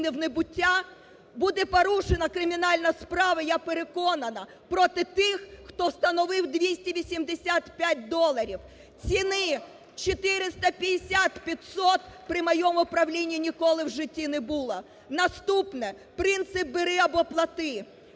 Наступне, принцип "бери або плати".